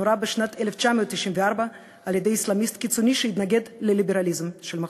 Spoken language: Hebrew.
שנורה בשנת 1994 על-ידי אסלאמיסט קיצוני שהתנגד לליברליזם של מחפוז.